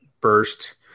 burst